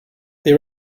they